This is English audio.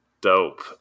dope